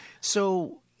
So-